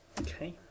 Okay